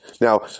Now